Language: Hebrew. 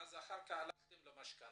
אחר כך הלכתם לקחת משכנתא,